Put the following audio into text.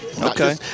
Okay